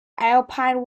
alpine